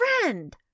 friend